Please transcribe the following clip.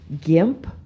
gimp